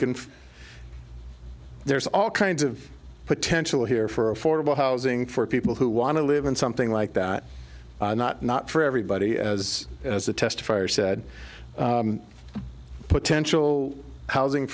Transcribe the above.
can there's all kinds of potential here for affordable housing for people who want to live in something like that not not for everybody as as a test for said potential housing